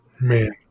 Man